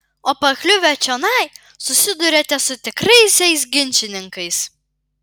o pakliuvę čionai susiduriate su tikraisiais ginčininkais